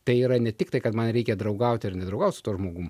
tai yra ne tik tai kad man reikia draugauti ar nedraugaut su tuo žmogum